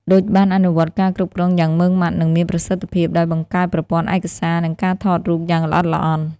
ឌុចបានអនុវត្តការគ្រប់គ្រងយ៉ាងម៉ឺងម៉ាត់ និងមានប្រសិទ្ធភាព ដោយបង្កើតប្រព័ន្ធឯកសារ និងការថតរូបយ៉ាងល្អិតល្អន់។